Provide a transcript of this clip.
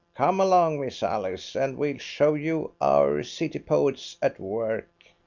come along, miss alice, and we'll show you our city poets at work.